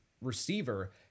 receiver